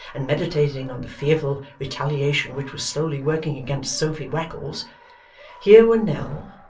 and meditating on the fearful retaliation which was slowly working against sophy wackles here were nell,